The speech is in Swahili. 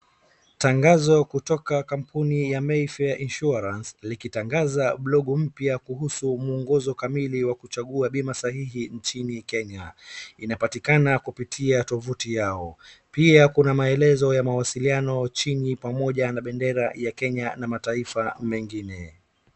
Tangazo kutoka kampuni ya Mayfair Insurance likitanza blog mpya kuhusu mwongozo kamili wa kuchagua bima sahihi nchini Kenya. Inapatikana kupitao tovuti yao. Pia kuna maelezo ya mawasiliano chini pamoja na bendera ya Kenya na mataifa mengine.